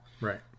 right